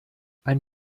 ein